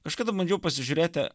kažkada bandžiau pasižiūrėti